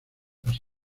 los